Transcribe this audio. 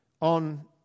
on